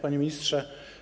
Panie Ministrze!